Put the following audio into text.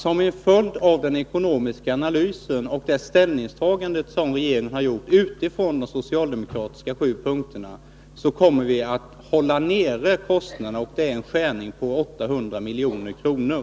Som en följd av den ekonomiska analysen och det ställningstagande som regeringen har gjort på grundval av de socialdemokratiska sju punkterna kommer vi dessutom att hålla kostnaderna nere. Det gäller en nedskärning med 800 milj.kr.